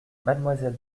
mademoiselle